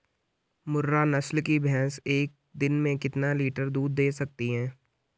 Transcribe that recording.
मुर्रा नस्ल की भैंस एक दिन में कितना लीटर दूध दें सकती है?